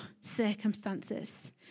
circumstances